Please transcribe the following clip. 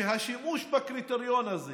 שהשימוש בקריטריון הזה